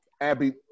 Abby